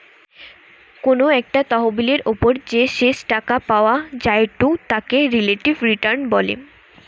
কোনো একটা তহবিলের ওপর যে শেষ টাকা পাওয়া জায়ঢু তাকে রিলেটিভ রিটার্ন বলে